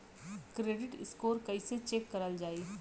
Credit score कइसे check करल जायी?